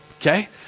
okay